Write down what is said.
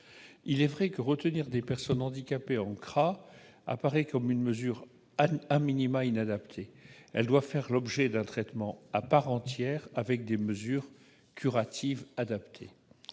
Il est vrai que retenir des personnes handicapées en CRA apparaît comme une mesure inadaptée,. Ces personnes doivent faire l'objet d'un traitement à part entière, avec des mesures curatives idoines.